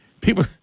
People